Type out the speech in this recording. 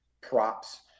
props